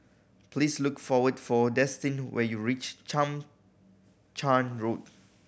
please look for wait for Destin when you reach Chang Charn Road